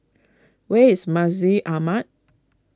where is Masjid Ahmad